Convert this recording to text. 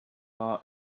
our